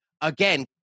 again